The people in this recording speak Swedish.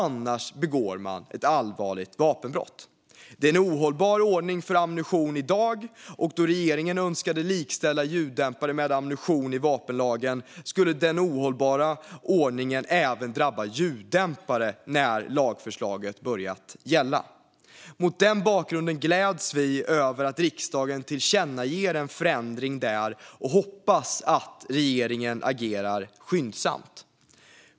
Annars begår man ett allvarligt vapenbrott. Det ar en ohållbar ordning för ammunition i dag, och då regeringen önskade likställa ljuddämpare med ammunition i vapenlagen skulle den ohållbara ordningen även drabba ljuddämpare när lagförslaget börjat gälla. Mot den bakgrunden gläds vi över att riksdagen tillkännager en förändring och hoppas att regeringen agerar skyndsamt.